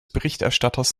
berichterstatters